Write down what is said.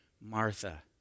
Martha